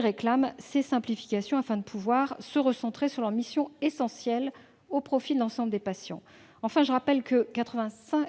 réclament ces simplifications afin de pouvoir se recentrer sur leurs missions essentielles, au profit de l'ensemble des patients. Enfin, je rappelle que 96